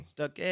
Stuck